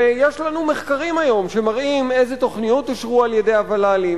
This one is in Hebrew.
יש לנו מחקרים היום שמראים אילו תוכניות אושרו על-ידי הוול"לים,